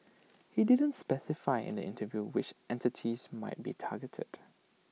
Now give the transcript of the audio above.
he didn't specify in the interview which entities might be targeted